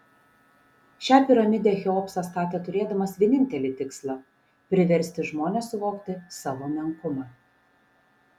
šią piramidę cheopsas statė turėdamas vienintelį tikslą priversti žmones suvokti savo menkumą